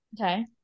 Okay